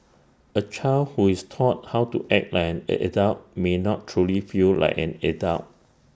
A child who is taught how to act like an A adult may not truly feel like an adult